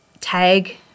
tag